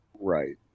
Right